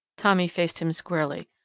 tommy faced him squarely.